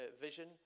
vision